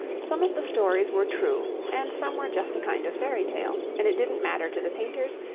some of the stories were true and some were just a kind of fairy tale, and it didn't matter to the painters,